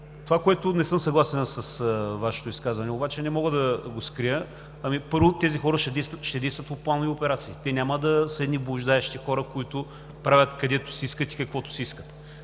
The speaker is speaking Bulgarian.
Това, с което не съм съгласен с Вашето изказване обаче, не мога да го скрия. Първо, тези хора ще действат по планови операции. Те няма да са едни блуждаещи хора, които правят където си искат и каквото си искат.